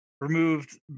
removed